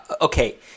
okay